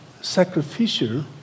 sacrificial